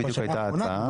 זו בדיוק הייתה ההצעה,